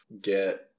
get